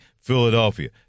Philadelphia